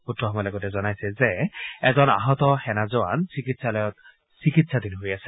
সূত্ৰসমূহে লগতে জনাইছে যে এজন আহত সেনা জোৱান চিকিৎসালয়ত চিকিৎসাধীন হৈ আছে